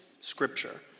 scripture